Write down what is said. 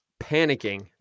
panicking